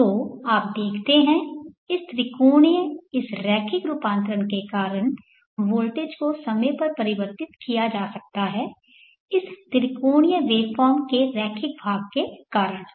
तो आप देखते हैं इस त्रिकोणीय इस रैखिक रूपांतरण के कारण वोल्टेज को समय पर परिवर्तित किया जा सकता है इस त्रिकोणीय वेवफॉर्म के रैखिक भाग के कारण है